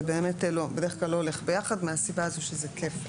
זה בדרך כלל לא הולך ביחד מהסיבה הזו שזה כפל.